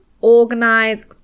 organize